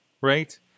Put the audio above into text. right